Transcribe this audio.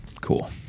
Cool